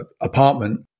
apartment